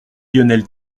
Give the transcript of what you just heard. lionel